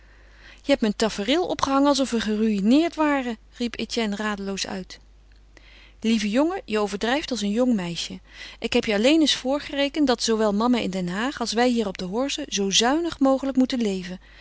je hebt me een tafereel opgehangen alsof we geruïneerd waren riep etienne radeloos uit lieve jongen je overdrijft als een jong meisje ik heb je alleen eens voorgerekend dat zoowel mama in den haag als wij hier op de horze zoo zuinig mogelijk moeten leven